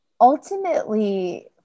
ultimately